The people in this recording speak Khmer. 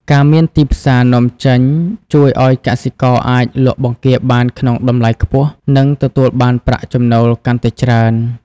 ការមានទីផ្សារនាំចេញជួយឲ្យកសិករអាចលក់បង្គាបានក្នុងតម្លៃខ្ពស់ និងទទួលបានប្រាក់ចំណូលកាន់តែច្រើន។